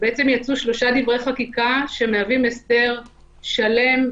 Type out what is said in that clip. יצרו שלושה דברי חקיקה שמהווים הסדר שלם,